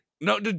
No